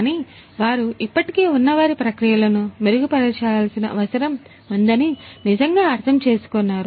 కానీ వారు ఇప్పటికే ఉన్నవారి ప్రక్రియలను మెరుగుపరచాల్సిన అవసరం ఉందని నిజంగా అర్థం చేసుకున్నారు